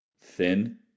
thin